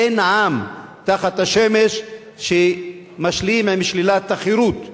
אין עם תחת השמש שמשלים עם שלילת החירות,